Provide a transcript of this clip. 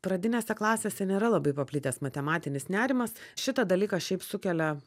pradinėse klasėse nėra labai paplitęs matematinis nerimas šitą dalyką šiaip sukelia